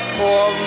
Poor